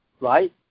right